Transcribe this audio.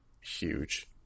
huge